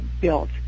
built